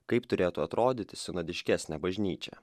kaip turėtų atrodyti sinodiškesnė bažnyčia